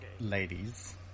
ladies